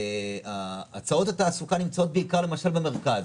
הצעות התעסוקה נמצאות בעיקר למשל במרכז.